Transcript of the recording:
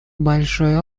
большой